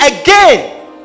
again